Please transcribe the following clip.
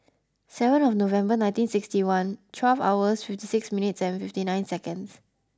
seven of November nineteen sixty one twelve hours fifty six minutes and fifty nine seconds